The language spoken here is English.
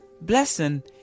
Blessing